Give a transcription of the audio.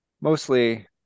mostly